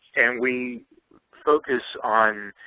and we focus on